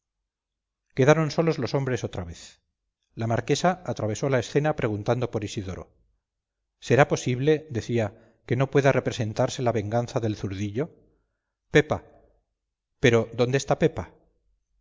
quedaron solos los hombres otra vez la marquesa atravesó la escena preguntando por isidoro será posible decía que no pueda representarse la venganza del zurdillo pepa pero dónde está pepa